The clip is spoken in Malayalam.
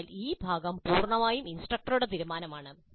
അതിനാൽ ഈ ഭാഗം പൂർണ്ണമായും ഇൻസ്ട്രക്ടറുടെ തീരുമാനമാണ്